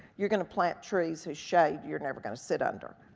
you're gonna plant trees whose shade you're never gonna sit under,